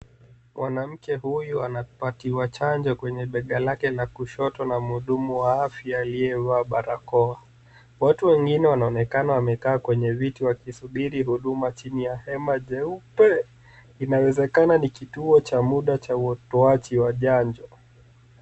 Mwanamke huyu anapatiwa chanjo kwenye bega lake la kushoto na mhudumu wa afya aliyevaa barakoa. Watu wengine wanaonekana wamekaa kwenye viti wakisubiri huduma chini ya hema jeupe. Inawezekana ni kituo cha mda cha utoaji wa chanjo.